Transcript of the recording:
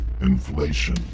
inflation